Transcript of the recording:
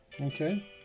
okay